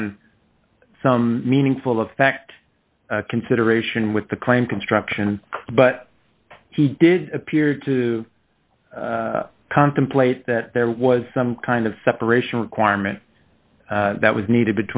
on some meaningful of fact consideration with the claim construction but he did appear to contemplate that there was some kind of separation requirement that was need